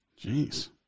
Jeez